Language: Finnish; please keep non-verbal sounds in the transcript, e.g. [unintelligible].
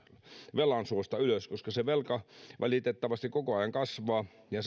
velan suosta ylös koska se velka valitettavasti koko ajan kasvaa ja [unintelligible]